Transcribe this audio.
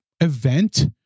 event